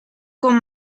con